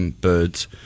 birds